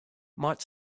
might